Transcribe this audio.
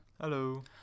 Hello